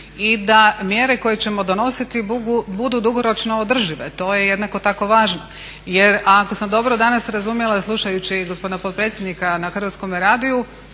i da mjere koje ćemo donositi budu dugoročno održive, to je jednako tako važno. jer ako sam dobro danas razumjela slušajući gospodina potpredsjednika na Hrvatskome radiju